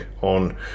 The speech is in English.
on